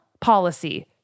policy